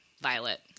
violet